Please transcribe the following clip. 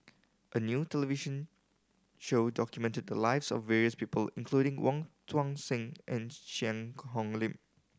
a new television show documented the lives of various people including Wong Tuang Seng and Cheang Hong Lim